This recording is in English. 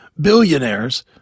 billionaires